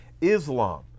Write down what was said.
Islam